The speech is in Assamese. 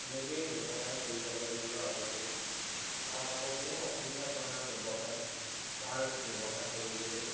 সেনেকৈয়ে ব্যৱসায় কৰি যাব লাগিব আগলৈকে ভাল হ'ব কোনো অসুবিধা পোৱা নাই ব্যৱসায়ত ভাল ব্যৱসায় কৰিবলৈ